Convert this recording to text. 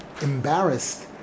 embarrassed